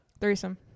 Threesome